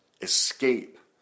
escape